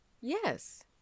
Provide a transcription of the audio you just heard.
Yes